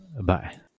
Bye